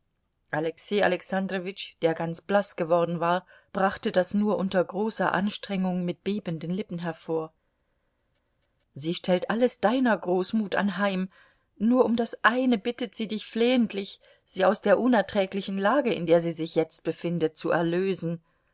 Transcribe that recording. alexei alexandrowitsch der ganz blaß geworden war brachte das nur unter großer anstrengung mit bebenden lippen hervor sie stellt alles deiner großmut anheim nur um das eine bittet sie dich flehentlich sie aus der unerträglichen lage in der sie sich jetzt befindet zu erlösen